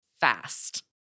fast